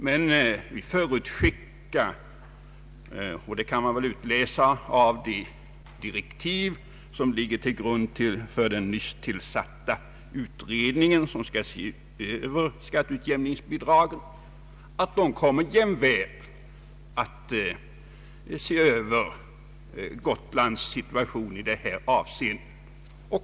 Utskottet förutskickar — och det kan man väl utläsa av direktiven — att den nyss tillsatta utredningen som skall se över skatteutjämningsbidragen jämväl kommer att se över Gotlands situation i det här avseendet.